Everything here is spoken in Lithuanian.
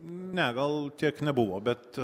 ne gal tiek nebuvo bet